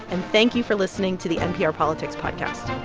and thank you for listening to the npr politics podcast